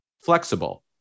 flexible